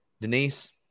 Denise